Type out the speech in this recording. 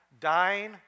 dying